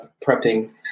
prepping